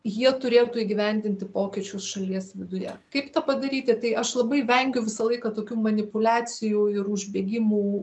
jie turėtų įgyvendinti pokyčius šalies viduje kaip tą padaryti tai aš labai vengiu visą laiką tokių manipuliacijų ir užbėgimų